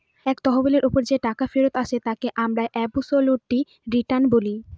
এক তহবিলের ওপর যে টাকা ফেরত আসে তাকে আমরা অবসোলুট রিটার্ন বলি